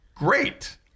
Great